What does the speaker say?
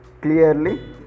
clearly